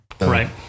right